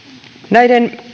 näiden